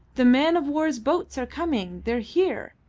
the man-of-war's boats are coming! they are here!